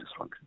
dysfunction